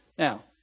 Now